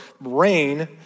rain